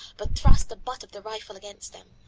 but thrust the butt of the rifle against them.